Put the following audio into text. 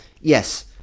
Yes